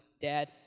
Dad